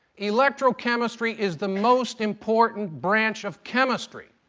electrochemistry is the most important branch of chemistry.